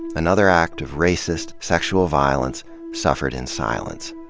another act of racist, sexual violence suffered in silence.